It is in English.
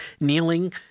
kneeling